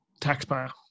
taxpayer